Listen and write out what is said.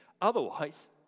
Otherwise